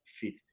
fit